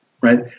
Right